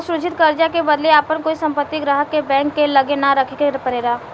असुरक्षित कर्जा के बदले आपन कोई संपत्ति ग्राहक के बैंक के लगे ना रखे के परेला